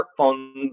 smartphones